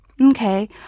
Okay